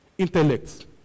Intellect